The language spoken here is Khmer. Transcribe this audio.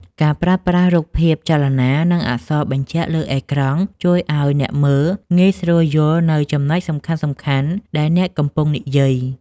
ការប្រើប្រាស់រូបភាពចលនា និងអក្សរបញ្ជាក់លើអេក្រង់ ជួយឱ្យអ្នកមើលងាយស្រួលយល់នូវចំណុចសំខាន់ៗដែលអ្នកកំពុងនិយាយ។